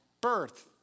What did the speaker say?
birth